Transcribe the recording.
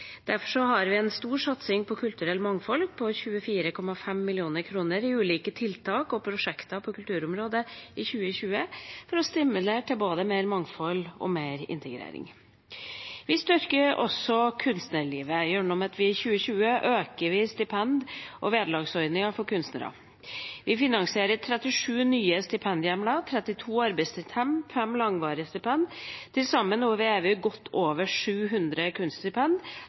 Derfor har vi en stor satsing på kulturelt mangfold på 24,5 mill. kr i ulike tiltak og prosjekter på kulturområdet i 2020 for å stimulere til både mer mangfold og mer integrering. Vi styrker også kunstnerlivet gjennom at vi i 2020 øker stipend- og vederlagsordningen for kunstnere. Vi finansierer 37 nye stipendhjemler, 32 arbeidsstipend, 5 langvarige stipend – til sammen er vi nå godt over 700 kunststipend,